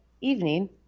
evening